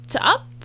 up